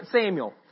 Samuel